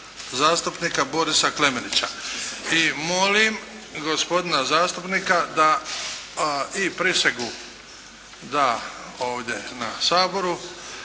Borisa Klemenića. Molim gospodina zastupnika da i da prisegu ovdje na Saboru.